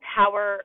power